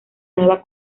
nueva